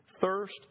thirst